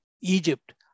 Egypt